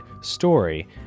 story